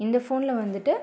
இந்த ஃபோனில் வந்துட்டு